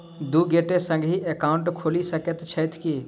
दु गोटे संगहि एकाउन्ट खोलि सकैत छथि की?